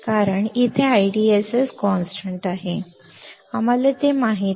कारण इथे IDSS स्थिर आहे आम्हाला ते माहित आहे